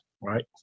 right